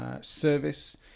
service